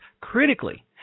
critically